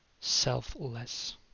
selfless